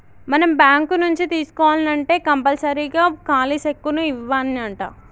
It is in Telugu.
మనం బాంకు నుంచి తీసుకోవాల్నంటే కంపల్సరీగా ఖాలీ సెక్కును ఇవ్యానంటా